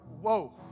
whoa